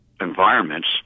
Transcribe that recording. environments